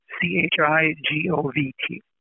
C-H-I-G-O-V-T